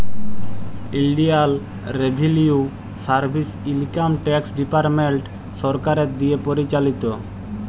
ইলডিয়াল revenue service income tax department সরকারের দিঁয়ে পরিচালিত